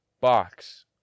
box